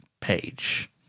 page